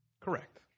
Correct